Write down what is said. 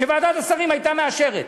שוועדת השרים הייתה מאשרת.